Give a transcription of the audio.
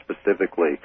specifically